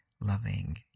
loving